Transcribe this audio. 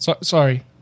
Sorry